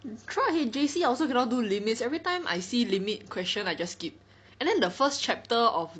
true lah eh J_C I also cannot do limits everytime I see limit question I just skip and then the first chapter of